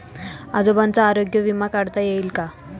आजोबांचा आरोग्य विमा काढता येईल का?